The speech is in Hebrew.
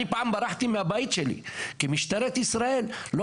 אני פעם ברחתי מהבית שלי כי משטרת ישראל לא